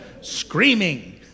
screaming